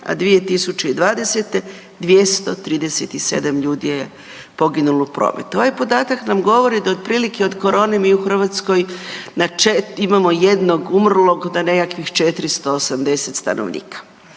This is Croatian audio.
a 2020. 237 ljudi je poginulo u prometu. Ovaj podatak na govori da otprilike od korone mi u Hrvatskoj …/Govornik se ne razumije./… imamo jednog umrlog, do nekakvih 480 stanovnika.